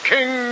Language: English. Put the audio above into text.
King